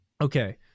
Okay